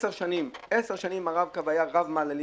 10 שנים הרב קו היה רב מעללים.